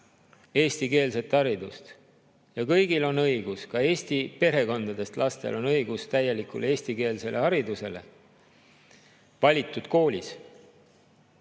eestikeelset haridust. Ja kõigil on õigus, ka eesti perekondadest lastel on õigus täielikule eestikeelsele haridusele valitud koolis.